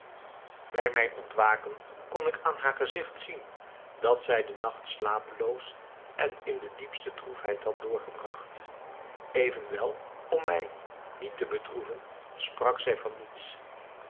bij mijn ontwaken kon ik aan haar gezigt zien dat zij den nacht slapeloos en in de diepste droefheid had doorgebragt evenwel om mij niet te bedroeven sprak zij van niets